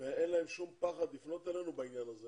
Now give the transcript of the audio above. ואין להם שום פחד לפנות אלינו בעניין הזה